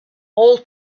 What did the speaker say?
all